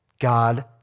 God